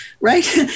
Right